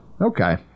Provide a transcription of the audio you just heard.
Okay